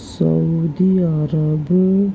سعودی عرب